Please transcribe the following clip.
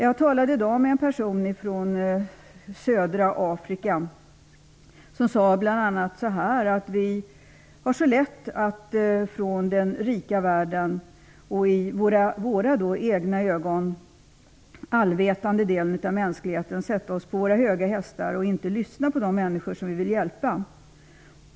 Jag talade i dag med en person från södra Afrika som bl.a. sade att vi i den rika världen -- den i våra egna ögon allvetande delen av mänskligheten -- har så lätt att sätta oss på våra höga hästar och inte lyssna på de människor som vi vill hjälpa.